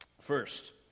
First